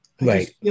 Right